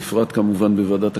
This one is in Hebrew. בפרט כמובן בוועדת הכספים,